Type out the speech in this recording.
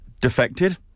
defected